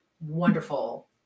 wonderful